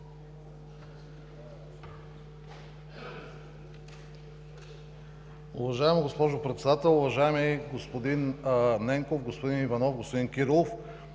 Уважаема госпожо Председател, уважаеми господин Ненков, господин Иванов, господин Кирилов!